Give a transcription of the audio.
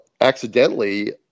accidentally